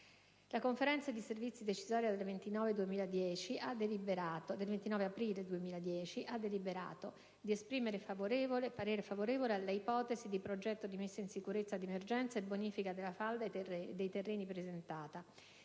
Conferenza dei servizi decisoria del 29 aprile 2010 ha deliberato: di esprimere parere favorevole alla ipotesi di progetto di messa in sicurezza d'emergenza e bonifica della falda e dei terreni presentata;